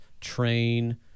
train